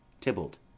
Tybalt